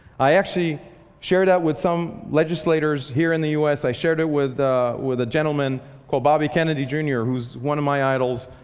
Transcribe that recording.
i actually shared that with some legislators here in the u s. i shared it with with a gentleman called bobby kennedy jr, who is one of my idols.